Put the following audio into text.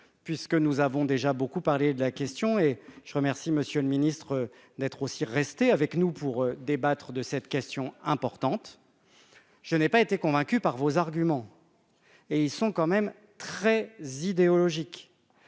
puisque nous avons déjà beaucoup parler de la question et je remercie Monsieur le Ministre, d'être aussi, restez avec nous pour débattre de cette question importante, je n'ai pas été convaincu par vos arguments, et ils sont quand même très z'idéologique